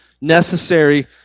necessary